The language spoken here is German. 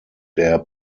der